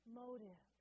motive